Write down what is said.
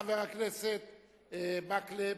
חבר הכנסת מקלב,